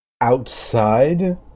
Outside